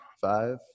Five